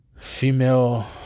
female